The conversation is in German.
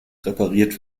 repariert